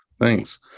thanks